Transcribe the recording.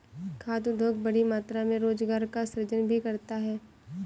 खाद्य उद्योग बड़ी मात्रा में रोजगार का सृजन भी करता है